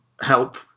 help